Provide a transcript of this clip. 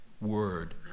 word